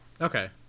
okay